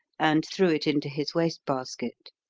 and threw it into his waste basket.